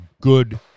good